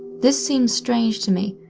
this seemed strange to me,